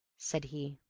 said he.